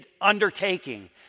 undertaking